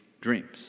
dreams